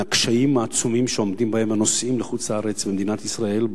מהקשיים העצומים שעומדים בהם הנוסעים לחוץ-לארץ ממדינת ישראל,